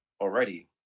already